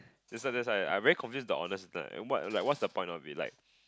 that's why that's why I very confused with the honours system like what what's the point of it like